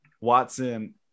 Watson